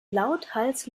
lauthals